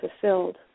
fulfilled